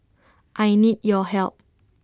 I need your help